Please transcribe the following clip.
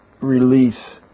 release